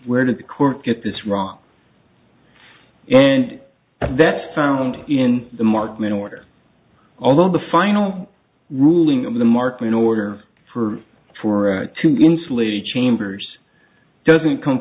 where did the court get this wrong and that's found in the market order although the final ruling of the market in order for for to be insulated chambers doesn't come